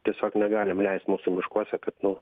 tiesiog negalim leist mūsų miškuose kad nu